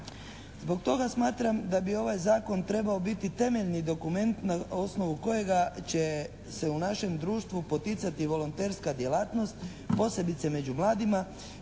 Zbog toga smatram da bi ovaj zakon trebao biti temeljni dokument na osnovu kojega će se u našem društvu poticati volonterska djelatnost posebice među mladima